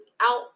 out